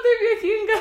taip juokinga